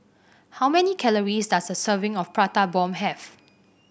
how many calories does a serving of Prata Bomb have